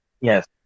yes